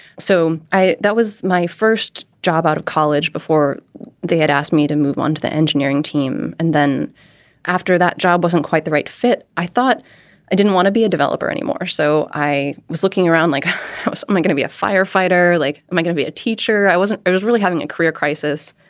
so i that was my first job out of college before they had asked me to move on to the engineering team. and then after that job wasn't quite the right fit. i thought i didn't want to be a developer anymore. so i was looking around like i was um going to be a firefighter, like, am i gonna be a teacher? i wasn't. i was really having a career crisis,